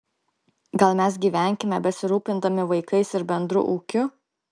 gal mes gyvenkime besirūpindami vaikais ir bendru ūkiu